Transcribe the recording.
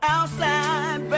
Outside